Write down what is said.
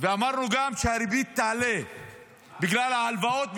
ואמרנו גם שהריבית תעלה בגלל ההלוואות,